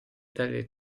dalle